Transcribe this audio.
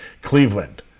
Cleveland